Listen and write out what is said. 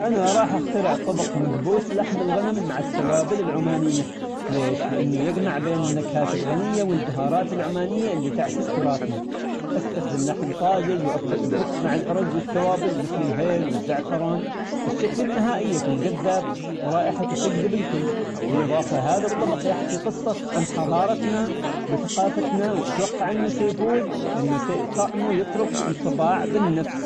أنا راح أخترع طبق مكبوس لحم الغنم مع التوابل العمانية، ليش؟ لأنه يجمع بين النكهات الغنية والبهارات العمانية اللي تعكس تراثنا. أستخدم لحم طازج وأطبخ ببطء مع الأرز والتوابل مثل الهيل والزعفران، الشكل النهائي يكون جذاب ورائحته تجذب الكل بالإضافة هذا الطبق يحكي قصة عن حضارتنا وثقافتنا وأتوقع أنه سيفوز لإن تع- طعمه يترك إنطباع بالنفس.